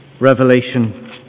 Revelation